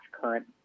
current